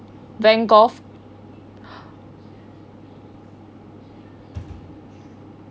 van gogh